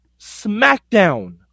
SmackDown